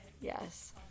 Yes